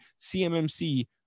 CMMC